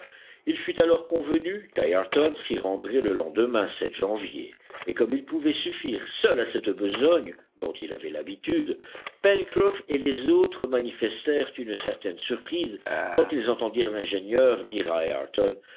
il fut alors convenu qu'ayrton s'y rendrait le lendemain janvier et comme il pouvait suffire seul à cette besogne dont il avait l'habitude pencroff et les autres manifestèrent une certaine surprise quand ils entendirent l'ingénieur dire